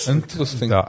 Interesting